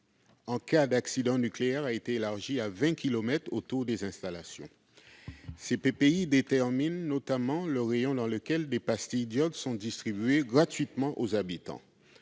en cas d'accident nucléaire a été étendu à 20 kilomètres autour des installations. Ces PPI déterminent notamment le périmètre dans lequel des pastilles d'iode sont distribuées gratuitement aux habitants.